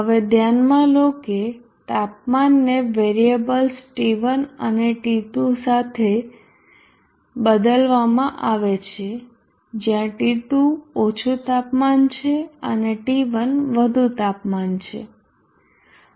હવે ધ્યાનમાં લો કે તાપમાનને વેરીએબલ્સ T1 અને T2 સાથે બદલવામાં આવે છે જ્યાં T2 ઓછું તાપમાન છે અને T1 વધુ તાપમાન છે